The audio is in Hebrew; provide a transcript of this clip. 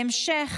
בהמשך,